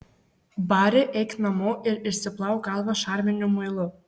bari eik namo ir išsiplauk galvą šarminiu muilu